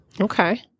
Okay